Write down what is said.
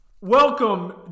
Welcome